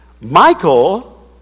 Michael